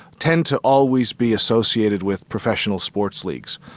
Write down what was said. tend to always be associated with professional sports leagues,